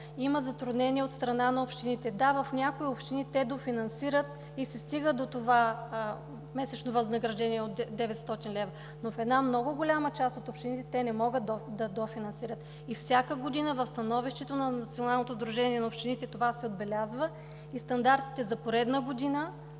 Има затруднение от страна на общините. Да, в някои общини те дофинансират и се стига до това месечно възнаграждение от 900 лв., но в една много голяма част от общините те не могат да дофинансират. Всяка година в становището на Националното сдружение на общините това се отбелязва и стандартите за поредна година